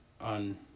on